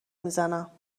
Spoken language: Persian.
میزنم